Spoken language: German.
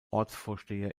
ortsvorsteher